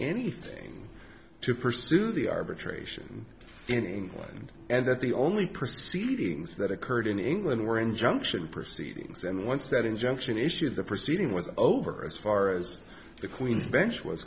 anything to pursue the arbitration in england and that the only proceedings that occurred in england were injunction proceedings and once that injunction issued the proceeding was over as far as the queen's bench